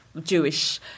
Jewish